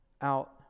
out